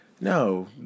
No